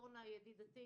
אורנה שמחון ידידתי,